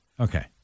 Okay